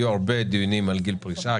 יהיו הרבה דיונים על גיל פרישה,